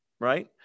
right